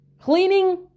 Cleaning